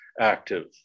active